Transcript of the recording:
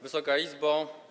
Wysoka Izbo!